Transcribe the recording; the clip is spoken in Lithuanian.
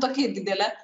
tokia didelė